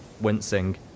wincing